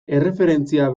erreferentzia